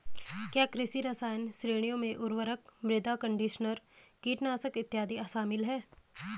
क्या कृषि रसायन श्रेणियों में उर्वरक, मृदा कंडीशनर, कीटनाशक इत्यादि शामिल हैं?